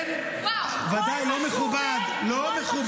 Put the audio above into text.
כמוני, זה בסדר, אין לי בעיה.